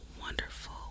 wonderful